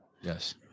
Yes